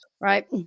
Right